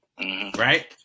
Right